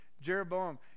Jeroboam